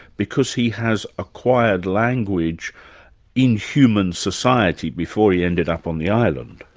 because he has acquired language in human society before he ended up on the island.